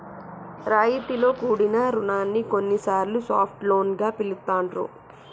రాయితీతో కూడిన రుణాన్ని కొన్నిసార్లు సాఫ్ట్ లోన్ గా పిలుత్తాండ్రు